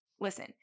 Listen